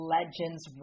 Legends